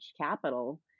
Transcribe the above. capital